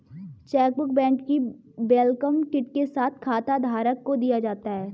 chequebook bank की welcome kit के साथ खाताधारक को दिया जाता है